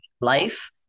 life